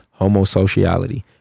homosociality